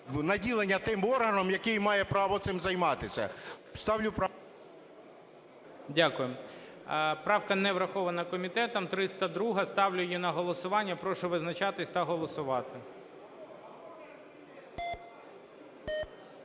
наділення тим органом, який має право цим займатися. Ставлю… ГОЛОВУЮЧИЙ. Дякую. Правка не врахована комітетом, 302-а, ставлю її на голосування. Прошу визначатись та голосувати.